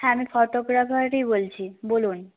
হ্যাঁ আমি ফটোগ্রাফারই বলছি বলুন